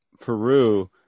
Peru